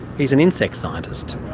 he's an insect scientist.